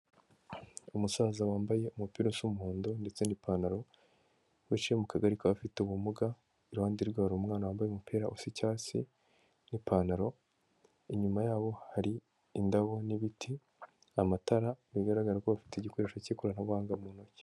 Umusaza wambaye umupira usa umuhondo ndetse n'ipantaro, wicaye mu kagari k'abafite ubumuga, iruhande rwe hari umwana wambaye umupira usa icyatsi n'ipantaro, inyuma yabo hari indabo n'ibiti, amatara, bigaragara ko bafite igikoresho cy'ikoranabuhanga mu ntoki.